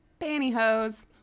Pantyhose